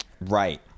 right